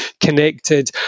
connected